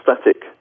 static